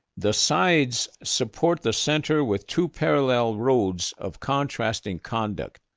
the sides support the center with two parallel roads of contrasting conduct.